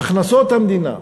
מהכנסות המדינה בישראל,